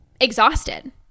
exhausted